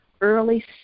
early